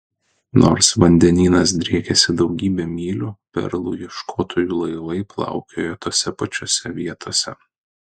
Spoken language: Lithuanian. nors vandenynas driekėsi daugybę mylių perlų ieškotojų laivai plaukiojo tose pačiose vietose